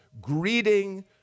greeting